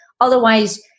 otherwise